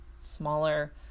smaller